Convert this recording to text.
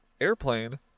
airplane